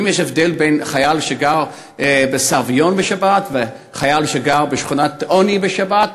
האם יש הבדל בין חייל שגר בסביון בשבת וחייל שגר בשכונת עוני בשבת?